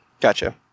Gotcha